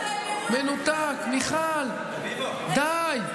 מיכל, די.